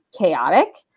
chaotic